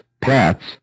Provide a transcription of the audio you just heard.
pets